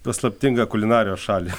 paslaptingą kulinarijos šalį